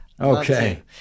Okay